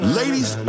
ladies